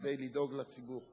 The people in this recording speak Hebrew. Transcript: כדי לדאוג לציבור.